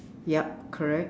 yup correct